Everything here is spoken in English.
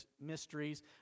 mysteries